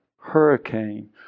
hurricane